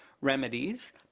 remedies